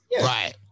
Right